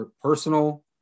personal